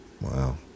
Wow